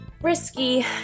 risky